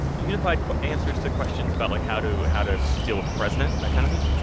unified answers to questions about like how to how to deal with the president, that kind of thing?